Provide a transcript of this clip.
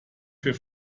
für